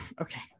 Okay